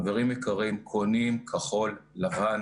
חברים יקרים, קונים כחול-לבן.